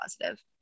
positive